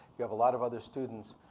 we have a lot of other students.